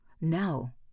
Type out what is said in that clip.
now